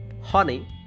honey